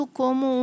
como